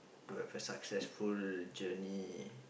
to have a successful journey